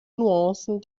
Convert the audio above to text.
nuancen